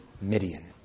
Midian